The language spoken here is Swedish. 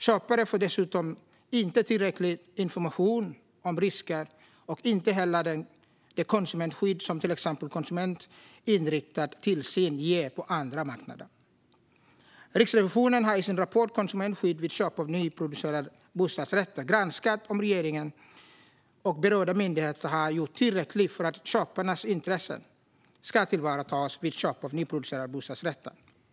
Köpare får dessutom inte tillräcklig information om risker och inte heller det konsumentskydd som till exempel konsumentinriktad tillsyn ger på andra marknader. Riksrevisionen har i sin rapport Konsumentskydd vid köp av nyproducerade bostadsrätter granskat om regeringen och berörda myndigheter har gjort tillräckligt för att köparnas intressen ska tillvaratas vid köp av nyproducerade bostadsrätter.